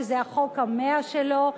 שזה החוק ה-100 שלו.